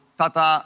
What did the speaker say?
tata